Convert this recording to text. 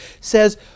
says